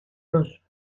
bros